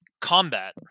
combat